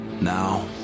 Now